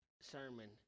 sermon